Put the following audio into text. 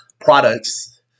products